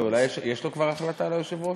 לא, יש לו כבר החלטה, ליושב-ראש?